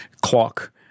clock